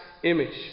Image